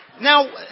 Now